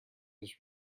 was